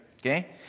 Okay